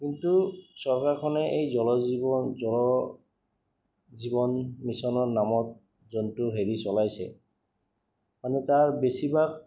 কিন্তু চৰকাৰখনে এই জল জীৱন জল জীৱন মিছনৰ নামত যোনটো হেৰি চলাইছে মানে তাৰ বেছিভাগ